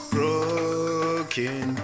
Broken